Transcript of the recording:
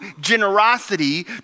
generosity